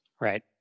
Right